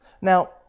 Now